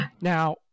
Now